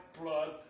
blood